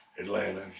Atlanta